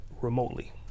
remotely